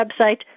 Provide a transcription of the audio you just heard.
website